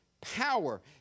power